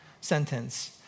sentence